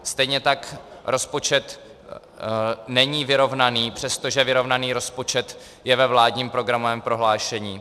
Stejně tak rozpočet není vyrovnaný, přesto že vyrovnaný rozpočet je ve vládním programovém prohlášení.